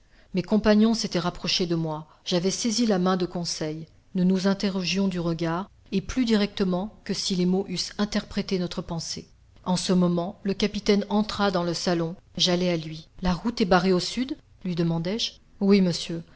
mes compagnons s'étaient rapprochés de moi j'avais saisi la main de conseil nous nous interrogions du regard et plus directement que si les mots eussent interprété notre pensée en ce moment le capitaine entra dans le salon j'allai à lui la route est barrée au sud lui demandai-je oui monsieur